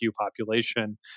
population